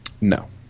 No